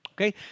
Okay